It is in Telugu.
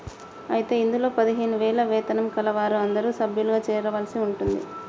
అయితే ఇందులో పదిహేను వేల వేతనం కలవారు అందరూ సభ్యులుగా చేరవలసి ఉంటుంది